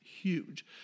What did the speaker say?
huge